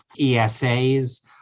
ESAs